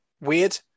weird